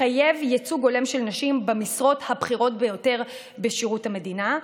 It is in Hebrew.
לחייב ייצוג הולם של נשים במשרות הבכירות ביותר בשירות המדינה.